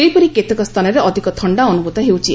ସେହିପରି କେତେକ ସ୍ଚାନରେ ଅଧିକ ଥଣ୍ଡା ଅନୁଭୂତ ହେଉଛି